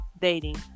dating